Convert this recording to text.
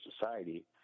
society